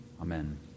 amen